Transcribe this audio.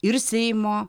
ir seimo